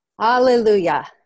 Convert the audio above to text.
Hallelujah